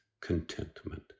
contentment